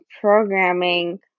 programming